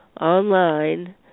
online